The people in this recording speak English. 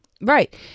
Right